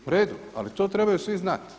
Uredu, ali to trebaju svi znati.